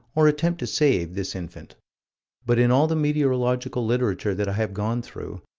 or attempt to save, this infant but in all the meteorological literature that i have gone through,